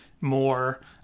more